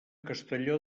castelló